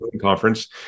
conference